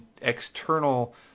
external